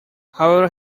however